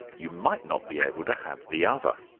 you might not be able to have the other.